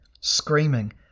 screaming